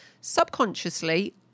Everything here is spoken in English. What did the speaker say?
subconsciously